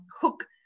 hook